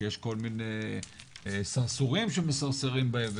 כי יש כל מיני סרסורים שמסרסרים בהם,